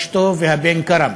אשתו והבן כַּרם.